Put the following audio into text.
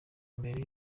mbere